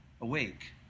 awake